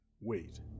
Wait